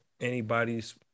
anybody's